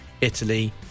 Italy